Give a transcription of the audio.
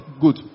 good